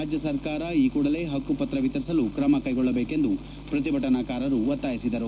ರಾಜ್ಯ ಸರ್ಕಾರ ಈ ಕೂಡಲೇ ಹಕ್ಕುಪತ್ರ ವಿತರಿಸಲು ಕ್ರಮ ಕೈಗೊಳ್ಳಬೇಕೆಂದು ಪ್ರತಿಭಟನಾಕಾರರು ಒತ್ತಾಯಿಸಿದರು